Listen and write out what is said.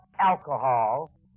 alcohol